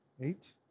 Eight